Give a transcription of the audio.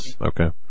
Okay